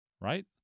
right